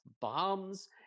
bombs